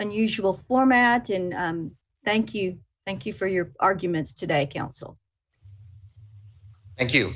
nusual format in thank you thank you for your arguments today counsel thank you